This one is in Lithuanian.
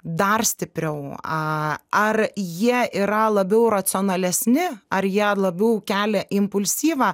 dar stipriau a ar jie yra labiau racionalesni ar jie labiau kelia impulsyvą